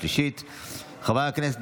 רבותיי חברי הכנסת,